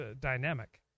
dynamic